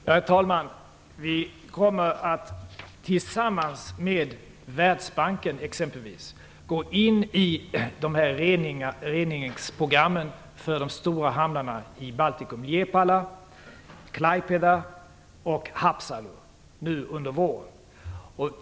Herr talman! Vi kommer tillsammans med Världsbanken exempelvis att nu under våren gå in i reningsprogrammen för de stora hamnarna Liepaja, Klaipeda och Haapsalu i Baltikum.